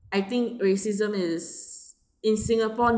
I think racism is in singapore